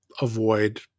avoid